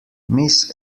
miss